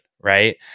right